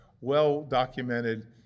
well-documented